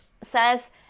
says